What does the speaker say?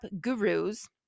gurus